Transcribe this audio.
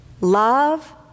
love